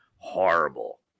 Horrible